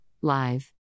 live